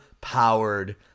powered